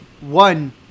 One